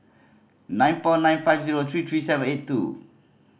nine four nine five zero three three seven eight two